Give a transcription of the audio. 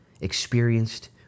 experienced